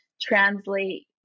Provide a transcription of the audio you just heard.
translate